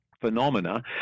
phenomena